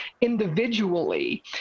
individually